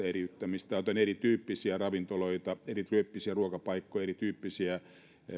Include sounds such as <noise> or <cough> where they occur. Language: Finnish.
<unintelligible> eriyttämistä on erityyppisiä ravintoloita erityyppisiä ruokapaikkoja erityyppisiä